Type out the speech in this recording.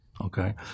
okay